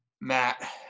Matt